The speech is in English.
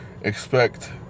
expect